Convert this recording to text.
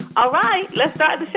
all right. let's start the show